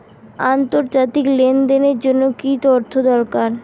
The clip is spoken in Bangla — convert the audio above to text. আন্তর্জাতিক লেনদেনের জন্য কি কি তথ্য দরকার?